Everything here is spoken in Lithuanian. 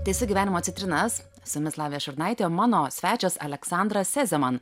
tęsiu sugyvenimo citrinas su jumis lavija šurnaitė mano svečias aleksandras sezeman